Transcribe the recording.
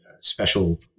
special